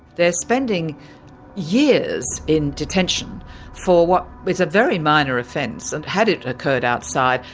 they're spending years in detention for what is a very minor offence. and had it occurred outside,